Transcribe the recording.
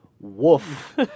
Woof